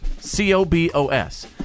C-O-B-O-S